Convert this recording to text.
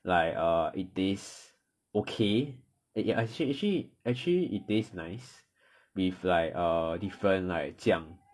like err it taste okay eh actu~ actually actually it tastes nice with like err different like 酱